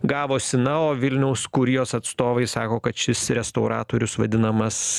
gavosi na o vilniaus kurijos atstovai sako kad šis restauratorius vadinamas